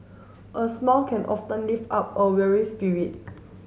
a smile can often lift up a weary spirit